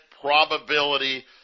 probability